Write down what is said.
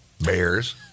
Bears